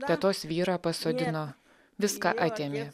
tetos vyrą pasodino viską atėmė